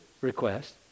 request